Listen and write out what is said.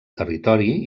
territori